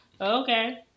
Okay